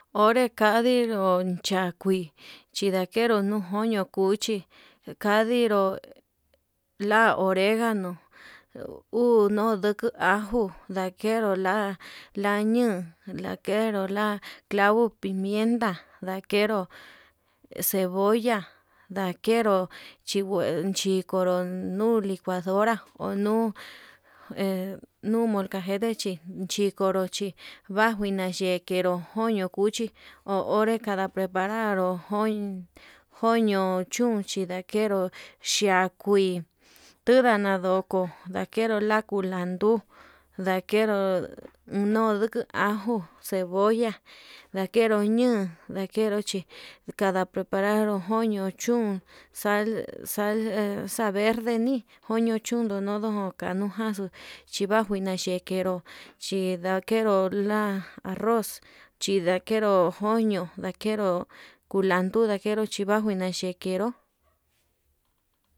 Onre yadii iho chan kuui, chindakeru nuu koño cuchi kandiro la oregano uu no'o nduku ajo ndakero la la ñun ndakero la clavo pimienta, ndakero cebolla ndakero chikuro nuu licuadora o nuu he nuu molcajete chí, chikonro chi vajuina yekero joño cuchi ho onre kada preparar nró koño un joño chún chi ndakero xhia kuii tunana ndoko ndakeruu la kulandu, ndakenru nuu nduku ajo cebolla ndajero ño'on ndakero chí kada preparado koño chún sal sal de taverde nii koño chun ndono ndojo kanuu jaxuu chí vanguina xhekeró chindakero la'a arroz xhi ndakero koño ndakero kulandu ndakero chivanjuina kenró.